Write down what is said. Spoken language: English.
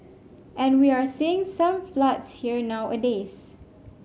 and we are seeing some floods here nowadays